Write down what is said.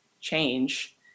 change